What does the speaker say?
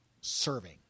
serving